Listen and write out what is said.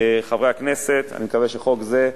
חברי הכנסת, אני מקווה שחוק זה,